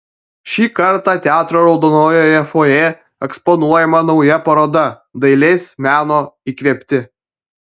šį kartą teatro raudonojoje fojė eksponuojama nauja paroda dailės meno įkvėpti